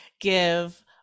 give